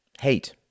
hate